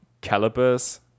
calipers